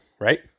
right